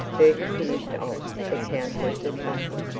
bertie finished off the countess's bustle,